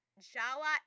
Jawa